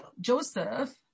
Joseph